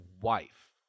wife